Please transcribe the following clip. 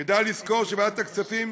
כדאי לזכור שוועדת הכספים,